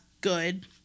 good